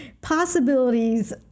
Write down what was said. possibilities